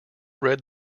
read